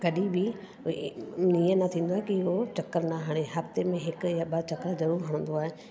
कॾहिं बि कोई हीअं न थींदो आहे कि हू चक्कर न हणे हफ़्ते में हिक या ॿ चक्कर ज़रूरु हणंदो आहे